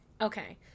Okay